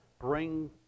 bring